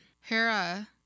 Hera